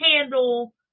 handle